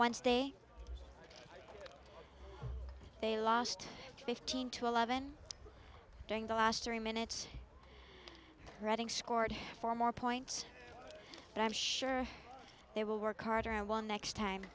wednesday they lost fifteen to eleven during the last three minutes reading scored four more points but i'm sure they will work harder on one next time